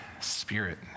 spirit